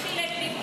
מי חילק להם כסף?